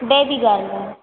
baby girl ma'am